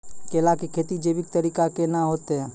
केला की खेती जैविक तरीका के ना होते?